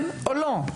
כן או לא?